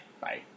Bye